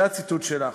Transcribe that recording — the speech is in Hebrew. זה הציטוט שלך.